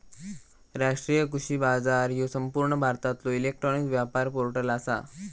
राष्ट्रीय कृषी बाजार ह्यो संपूर्ण भारतातलो इलेक्ट्रॉनिक व्यापार पोर्टल आसा